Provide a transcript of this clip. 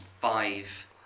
five